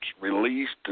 released